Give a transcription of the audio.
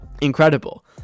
Incredible